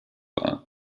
war